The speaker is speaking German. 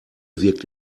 wirkt